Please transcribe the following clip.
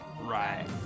Right